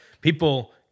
people